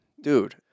dude